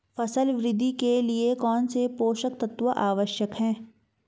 फसल वृद्धि के लिए कौनसे पोषक तत्व आवश्यक हैं?